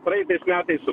praeitais metais su